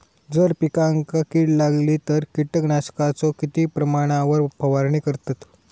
जर पिकांका कीड लागली तर कीटकनाशकाचो किती प्रमाणावर फवारणी करतत?